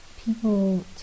people